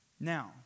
Now